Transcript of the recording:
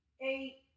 eight